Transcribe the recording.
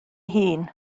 hun